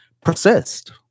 persist